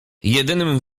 jedynym